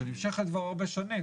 שנמשכת הרבה שנים,